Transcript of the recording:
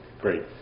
Great